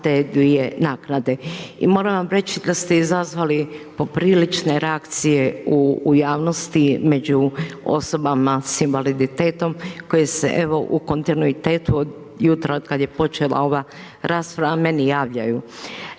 I moram vam reći da ste izazvali poprilične reakcije u javnosti među osobama sa invaliditetom koje se evo u kontinuitetu od jutra otkada je počela ova rasprava meni javljaju.